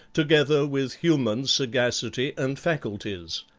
together with human sagacity and faculties.